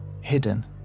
Hidden